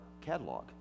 catalog